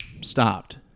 stopped